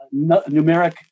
numeric